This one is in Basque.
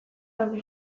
gaude